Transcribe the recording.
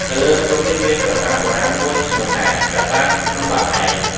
នៅលើភ្នំនេះមានប្រាសាទបុរាណមួយឈ្មោះថា "ប្រាសាទភ្នំបាខែង” ។